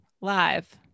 live